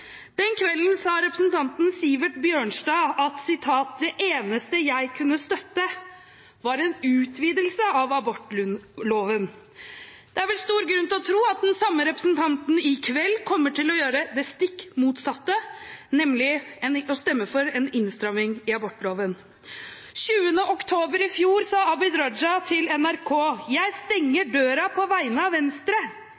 Den kvelden sa representanten Sivert Bjørnstad at det eneste han kunne støttet, var en utvidelse av abortloven. Det er vel stor grunn til å tro at den samme representanten i kveld kommer til å gjøre det stikk motsatte, nemlig å stemme for en innstramming i abortloven. Den 20. oktober i fjor sa Abid Raja til NRK: «Jeg stenger